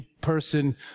person